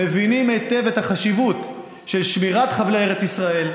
מבינים היטב את החשיבות של שמירת חבלי ארץ ישראל.